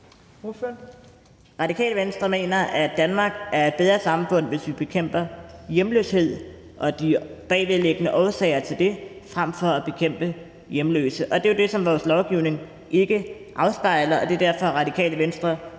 Radikale Venstre mener, at Danmark er et bedre samfund, hvis vi bekæmper hjemløshed og de bagvedliggende årsager til det frem for at bekæmpe hjemløse. Det er jo det, som vores lovgivning ikke afspejler, og det er derfor, Radikale Venstre